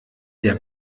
der